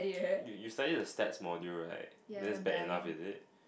you you study the stats module right that's bad enough is it